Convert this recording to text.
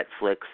Netflix